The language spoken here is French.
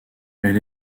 elle